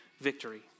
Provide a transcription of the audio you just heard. victory